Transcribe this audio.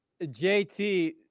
JT